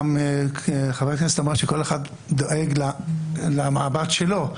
חברת הכנסת אמרה שכל אחד דואג למאבק שלו.